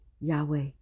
Yahweh